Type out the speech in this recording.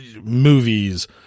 movies